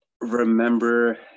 remember